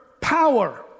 power